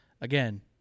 again